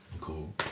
Cool